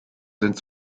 sind